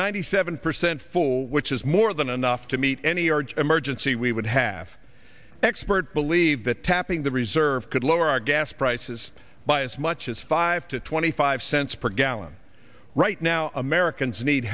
ninety seven percent full which is more than enough to meet any large emergency we would have experts believe that tapping the reserve could lower our gas prices by as much as five to twenty five cents per gallon right now americans need